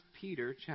Peter